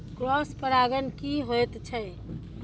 Cross परागण की होयत छै?